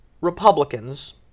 Republicans